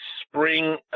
spring